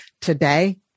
today